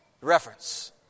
Reference